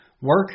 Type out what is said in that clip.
Work